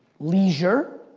leisure.